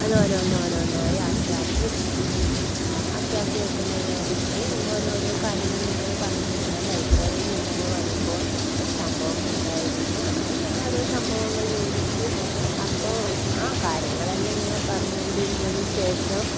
അത് ഓരോന്നോരോന്നായി ആക്കി ആക്കി വച്ചു ആക്കി ആക്കി വെക്കുന്നേനേടേല് ഓരോരോ കാര്യങ്ങൾ ഇങ്ങനെ പറഞ്ഞോണ്ട് ഞാൻ ലൈബ്രറിയിൽ ഇന്നലെ വരുമ്പോൾ ഒരു സംഭവമുണ്ടായിരുന്നു അങ്ങനെ ഓരോ സംഭവങ്ങൾ വിവരിച്ചു അപ്പോൾ ആ കാര്യങ്ങളെല്ലാം ഇങ്ങനെ പറഞ്ഞ് കൊണ്ടിരുന്നതിന് ശേഷം